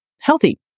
healthy